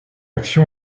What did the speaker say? action